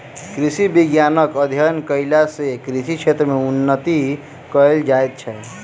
कृषि विज्ञानक अध्ययन कयला सॅ कृषि क्षेत्र मे उन्नति कयल जाइत छै